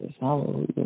hallelujah